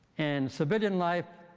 and civilian life,